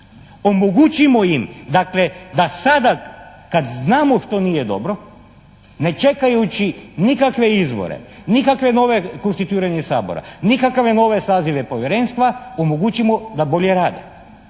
omogućimo im dakle da sada kad znamo što nije dobro ne čekajući nikakve izvore, nikakve nove konstituiranje Sabora, nikakove nove sazive povjerenstva, omogućimo da bolje rade